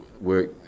work